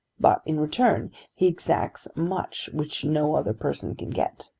but in return he exacts much which no other person can get.